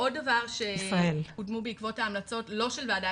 עוד דבר שקודם בעקבות ההמלצות לא של הוועדה